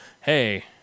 hey